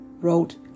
wrote